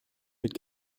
mit